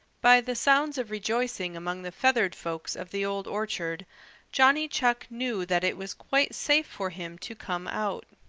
by the sounds of rejoicing among the feathered folks of the old orchard johnny chuck knew that it was quite safe for him to come out.